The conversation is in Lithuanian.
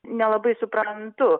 nelabai suprantu